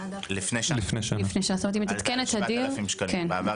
לפני כשנה לכ-7,000 שקלים כשהיה בעבר